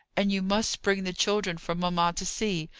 and you must bring the children for mamma to see.